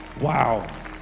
Wow